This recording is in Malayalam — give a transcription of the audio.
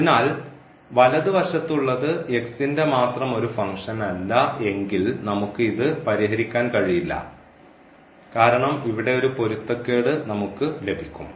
അതിനാൽ വലതുവശത്ത് ഉള്ളത് ന്റെ മാത്രം ഒരു ഫങ്ക്ഷൻ അല്ല എങ്കിൽ നമുക്ക് ഇത് പരിഹരിക്കാൻ കഴിയില്ല കാരണം ഇവിടെ ഒരു പൊരുത്തക്കേട് നമുക്ക് ലഭിക്കും